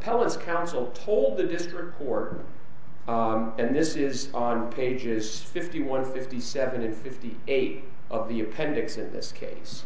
palace council told the district or and this is on pages fifty one fifty seven fifty eight of the appendix in this case